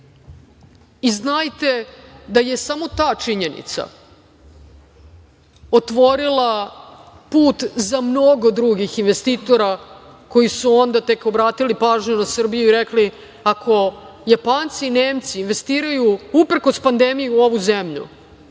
Srbije. Znajte da je samo ta činjenica otvorila put za mnogo drugih investitora koji su onda tek obratili pažnju na Srbiju i rekli - ako Japanci i Nemci investiraju uprkos pandemiji u ovu zemlju,